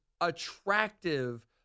attractive